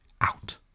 out